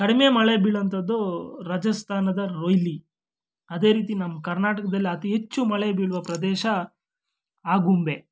ಕಡಿಮೆ ಮಳೆ ಬೀಳೋಂಥದ್ದು ರಾಜಸ್ಥಾನದ ರೋಹಿಲಿ ಅದೇ ರೀತಿ ನಮ್ಮ ಕರ್ನಾಟಕ್ದಲ್ಲಿ ಅತಿ ಹೆಚ್ಚು ಮಳೆ ಬೀಳುವ ಪ್ರದೇಶ ಆಗುಂಬೆ